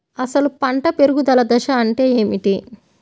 అసలు పంట పెరుగుదల దశ అంటే ఏమిటి?